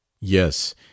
Yes